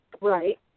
Right